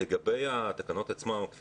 לגבי התקנות שבאו כמקשה אחת,